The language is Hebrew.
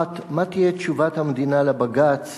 אחת, מה תהיה תשובת המדינה לבג"ץ